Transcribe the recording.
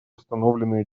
установленные